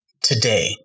today